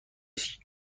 است